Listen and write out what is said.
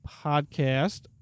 podcast